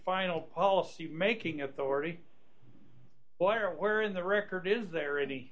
final policy making authority or where in the record is there any